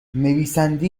نویسنده